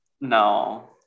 No